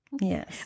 yes